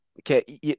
okay